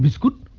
good